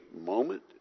moment